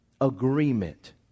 Agreement